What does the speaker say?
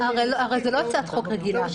הרי זו לא הצעת חוק רגילה.